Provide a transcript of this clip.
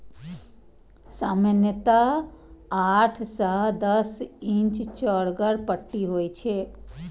सामान्यतः आठ सं दस इंच चौड़गर पट्टी होइ छै